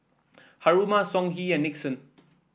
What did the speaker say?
Haruma Songhe and Nixon